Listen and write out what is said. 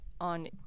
on